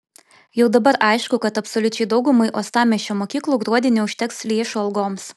jau dabar aišku kad absoliučiai daugumai uostamiesčio mokyklų gruodį neužteks lėšų algoms